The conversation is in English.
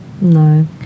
No